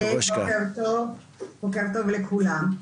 בוקר טוב לכולם.